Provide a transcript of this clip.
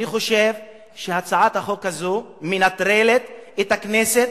אני חושב שהצעת החוק הזו מנטרלת את הכנסת.